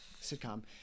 sitcom